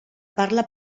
parla